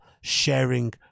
sharing